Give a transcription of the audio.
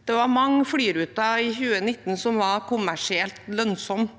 I 2019 var det mange flyruter som var kommersielt lønnsomme,